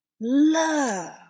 love